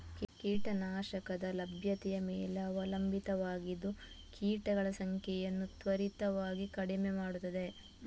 ಕೀಟ ನಾಶಕದ ಲಭ್ಯತೆಯ ಮೇಲೆ ಅವಲಂಬಿತವಾಗಿದ್ದು ಕೀಟಗಳ ಸಂಖ್ಯೆಯನ್ನು ತ್ವರಿತವಾಗಿ ಕಡಿಮೆ ಮಾಡುತ್ತದೆ